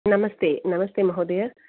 नमस्ते नमस्ते महोदय